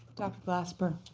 dr. glasper.